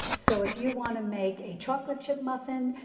so if you want to make a chocolate chip muffin,